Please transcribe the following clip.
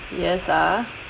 yes ah